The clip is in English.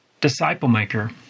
disciple-maker